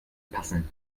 passen